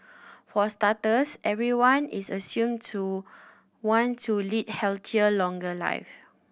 for starters everyone is assumed to want to lead healthier longer live